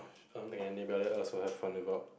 I don't think anybody else will have fun about